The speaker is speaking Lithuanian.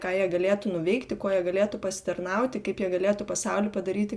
ką jie galėtų nuveikti kuo jie galėtų pasitarnauti kaip jie galėtų pasaulį padaryti